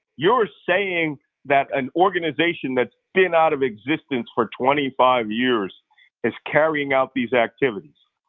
you're saying that an organization that's been out of existence for twenty-five years is carrying out these activities.